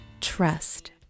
trust